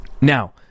Now